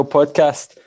podcast